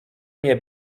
nie